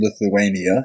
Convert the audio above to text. Lithuania